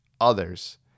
others